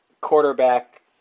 quarterback